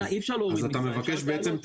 אי אפשר להוריד --- אז אתה מבקש תקינה,